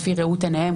לפי ראות עיניהם,